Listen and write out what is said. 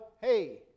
hey